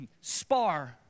spar